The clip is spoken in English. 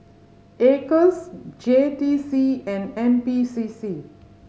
Acres J T C and N P C C